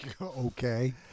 okay